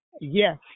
Yes